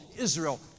Israel